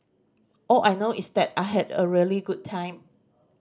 all I know is that I had a really good time